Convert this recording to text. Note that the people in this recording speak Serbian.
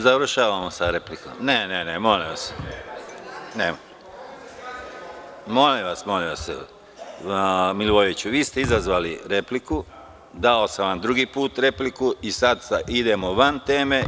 Završavamo sa replikom. (Srđan Milivojević: Pominjanje stranke.) Molim vas, Milivojeviću, vi ste izazvali repliku, dao sam vam drugi put repliku i sada idemo van teme.